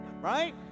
right